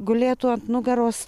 gulėtų ant nugaros